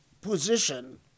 position